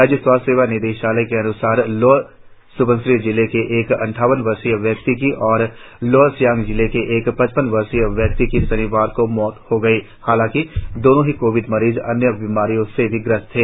राज्य स्वास्थ्य सेवा निदेशालय के अन्सार लोअर स्बनसिरी जिले के एक अद्वावन वर्षीय व्यक्ति की और लोअर सियांग जिले की एक पचपन वर्षीय व्यक्ति की शनिवार को मौत हो गई हालाकि दोनो ही कोविड मरीज अन्य बीमारियों से भी ग्रस्त थे